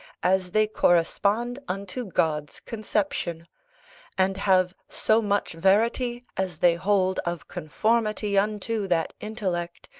as they correspond unto god's conception and have so much verity as they hold of conformity unto that intellect,